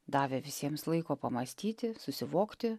davė visiems laiko pamąstyti susivokti